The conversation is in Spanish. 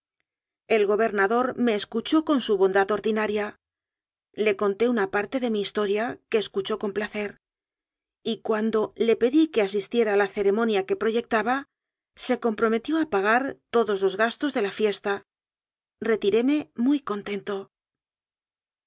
go bernador me escuchó con su bondad ordinaria le conté una parte de mi historia que escuchó con placer y cuando le pedí que asistiera a la cere monia que proyectaba se comprometió a pagar todos los gastos de la fiesta retiróme muy